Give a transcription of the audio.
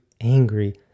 angry